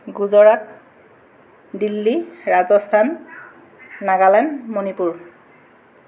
Gujarat Delhi Rajasthan Nagaland Manipur